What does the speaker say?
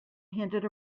handed